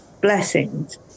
blessings